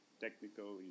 technical